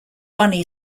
bunny